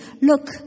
look